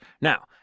Now